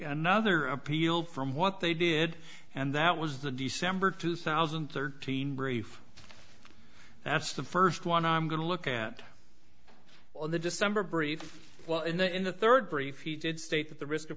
another appeal from what they did and that was the december two thousand and thirteen brief that's the first one i'm going to look at well in the december brief well in the in the third brief he did state that the risk of